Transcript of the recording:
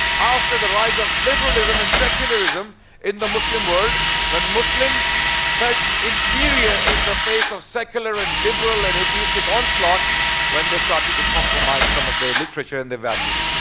after the rise of liberalism and secularism in the muslim world when muslims felt inferior in the face of secular and liberal and atheistic onslaught when they started to compromise some of their literature and the values.